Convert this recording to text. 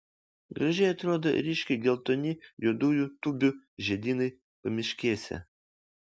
gražiai atrodo ir ryškiai geltoni juodųjų tūbių žiedynai pamiškėse